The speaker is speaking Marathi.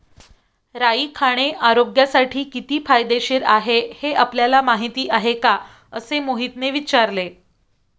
राई खाणे आरोग्यासाठी किती फायदेशीर आहे हे आपल्याला माहिती आहे का? असे मोहितने विचारले